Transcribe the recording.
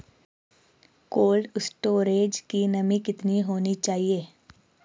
Cold storage की नमी कितनी होनी चाहिए?